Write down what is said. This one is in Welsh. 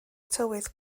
tywydd